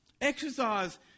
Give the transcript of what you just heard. Exercise